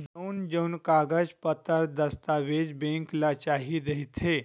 जउन जउन कागज पतर दस्ताबेज बेंक ल चाही रहिथे